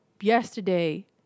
yesterday